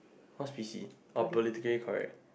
what's P_C oh politically correct